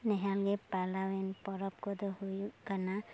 ᱱᱮᱦᱟᱞᱮᱜᱮ ᱯᱟᱞᱟᱣᱮᱱ ᱯᱟᱨᱟᱵ ᱠᱚᱫᱚ ᱦᱩᱭᱩᱜ ᱠᱟᱱᱟ